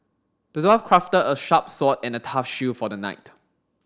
the dwarf crafted a sharp sword and a tough shield for the knight